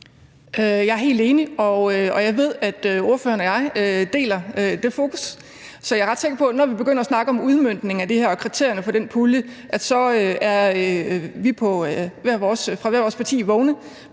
Jeg er helt enig, og jeg ved, at ordføreren og jeg deler det fokus, så jeg er ret sikker på, at når vi begynder at snakke om udmøntningen af det her og kriterierne for den pulje, så er vi fra hvert vores parti vågne